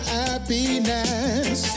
happiness